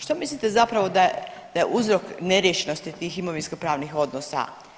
Što mislite zapravo da je uzrok neriješenosti tih imovinsko pravnih odnosa?